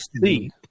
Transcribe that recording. see